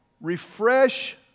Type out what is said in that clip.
refresh